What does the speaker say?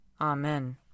Amen